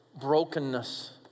brokenness